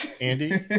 andy